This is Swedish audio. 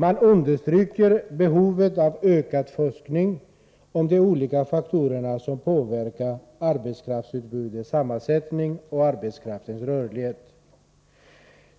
Man understryker behovet av ökad forskning om de olika faktorer som påverkar arbetskraftsutbudets sammansättning och arbetskraftens rörlighet,